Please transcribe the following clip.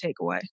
takeaway